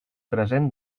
present